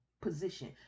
position